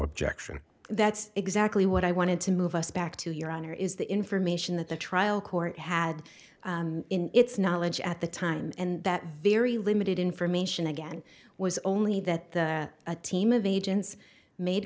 objection that's exactly what i wanted to move us back to your honor is the information that the trial court had in its knowledge at the time and that very limited information again was only that the a team of agents made